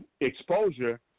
exposure